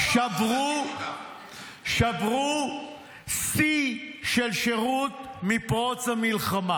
"שברו שיא של שירות מפרוץ המלחמה".